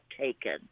taken